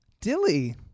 Dilly